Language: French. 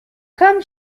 comme